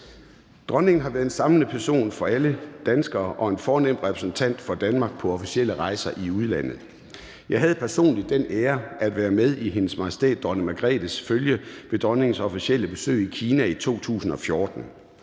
Dronningen har været en samlende person for alle danskere og en fornem repræsentant for Danmark på officielle rejser i udlandet. Jeg havde personligt den ære at være med i Hendes Majestæt Dronning Margrethes følge ved dronningens officielle besøg i Kina i 2014.